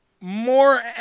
more